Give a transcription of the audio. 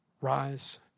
rise